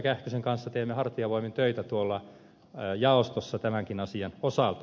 kähkösen kanssa teemme hartiavoimin töitä tuolla jaostossa tämänkin asian osalta